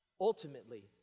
ultimately